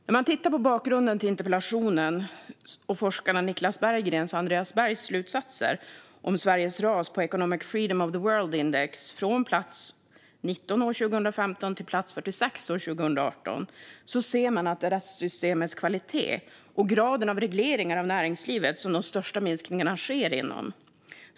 När man tittar på bakgrunden till interpellationen och forskarna Niclas Berggrens och Andreas Berghs slutsatser om Sveriges ras på Economic Freedom of the World Index från plats 19 år 2015 till plats 46 år 2018 ser man att det är inom rättssystemets kvalitet och graden av regleringar av näringslivet som de största minskningarna sker.